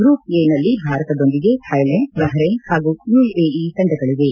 group A ಭಾರತದೊಂದಿಗೆ Thailand Bahrain ಪಾಗೂ UAE ತಂಡಗಳಿವೆ